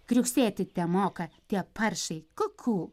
kriuksėti temoka tie paršai kukū